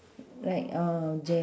like ah jam